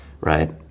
right